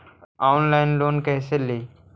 Online loan कैसे ली?